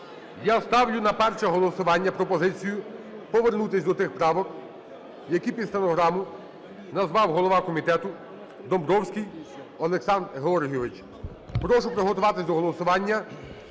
я ставлю на перше голосування пропозицію повернутися до тих правок, які під стенограму назвав голова комітету Домбровський Олександр Георгійович. Прошу приготуватися до голосування